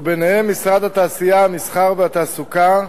ובהם משרד התעשייה, המסחר והתעסוקה,